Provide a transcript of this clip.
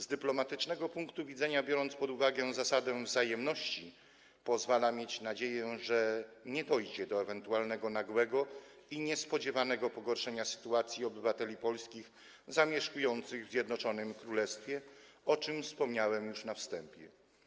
Z dyplomatycznego punktu widzenia, biorąc pod uwagę zasadę wzajemności, sytuacja ta pozwala mieć nadzieję, że nie dojdzie do ewentualnego nagłego i niespodziewanego pogorszenia sytuacji obywateli polskich zamieszkujących w Zjednoczonym Królestwie, o czym wspomniałem już na wstępie.